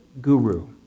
guru